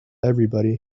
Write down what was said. everybody